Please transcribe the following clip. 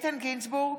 איתן גינזבורג,